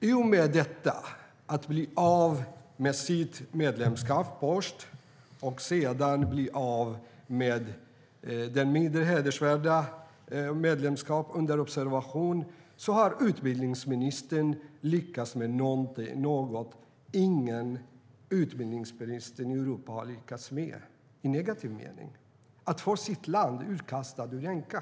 I och med att Sverige först blir av med sitt fullvärdiga medlemskap och sedan blir av med det mindre hedervärda medlemskapet under observation har utbildningsministern lyckats med något som ingen annan utbildningsminister i Europa har lyckats med - i negativ mening: att få sitt land utkastat ur Enqa.